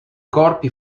corpi